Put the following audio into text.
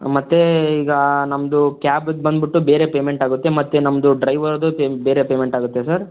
ಹಾಂ ಮತ್ತು ಈಗ ನಮ್ಮದು ಕ್ಯಾಬದ್ದು ಬಂದುಬಿಟ್ಟು ಬೇರೆ ಪೇಮೆಂಟಾಗುತ್ತೆ ಮತ್ತು ನಮ್ಮದು ಡ್ರೈವರ್ದು ಪೇ ಬೇರೆ ಪೇಮೆಂಟಾಗುತ್ತೆ ಸರ್